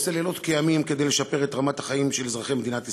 עושה לילות כימים כדי לשפר את רמת החיים של אזרחי מדינת ישראל.